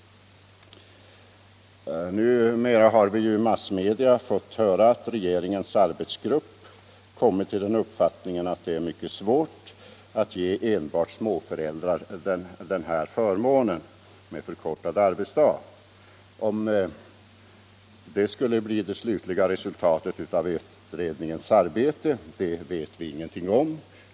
Numera har vi ju via massmedia fått höra att regeringens arbetsgrupp kommit till den uppfattningen att det är mycket svårt att ge enbart småbarnsföräldrar den här förmånen med förkortad arbetsdag. Om detta blir det slutliga resultatet av arbetsgruppens undersökningar vet vi inte.